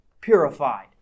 purified